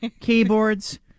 keyboards